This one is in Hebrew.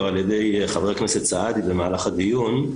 על ידי חבר הכנסת סעדי במהלך הדיון,